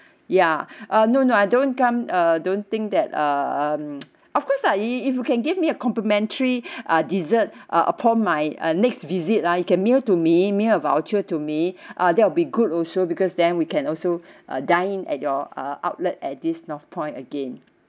ya uh no no I don't come uh don't think that uh um of course lah if if you can give me a complementary uh dessert uh upon my uh next visit ah you can mail to me mail a voucher to me err that will be good also because then we can also uh dine in at your uh outlet at this northpoint again